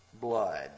blood